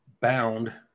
bound